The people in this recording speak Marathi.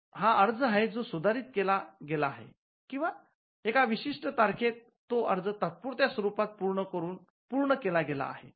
हा अर्ज आहे जो सुधारित केला गेला आहे किंवा एका विशिष्ट तारखेत तो अर्ज तात्पुरत्या स्वरूपात पूर्ण केला गेला आहे